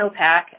snowpack